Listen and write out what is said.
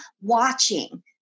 watching